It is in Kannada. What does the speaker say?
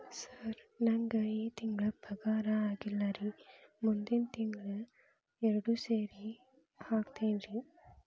ಸರ್ ನಂಗ ಈ ತಿಂಗಳು ಪಗಾರ ಆಗಿಲ್ಲಾರಿ ಮುಂದಿನ ತಿಂಗಳು ಎರಡು ಸೇರಿ ಹಾಕತೇನ್ರಿ